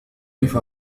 كيف